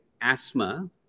asthma